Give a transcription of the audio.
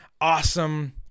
awesome